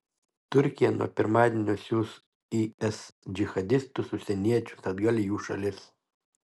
turkija nuo pirmadienio siųs is džihadistus užsieniečius atgal į jų šalis